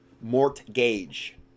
Mortgage